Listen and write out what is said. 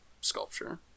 sculpture